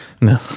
No